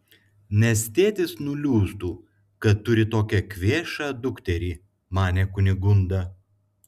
nes tėtis nuliūstų kad turi tokią kvėšą dukterį manė kunigunda